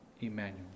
Emmanuel